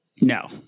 No